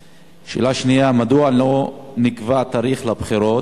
2. מדוע לא נקבע תאריך לבחירות,